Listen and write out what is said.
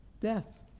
Death